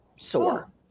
sore